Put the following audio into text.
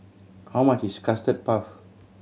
how much is Custard Puff